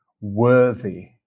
worthy